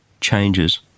changes